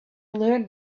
learned